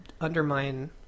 undermine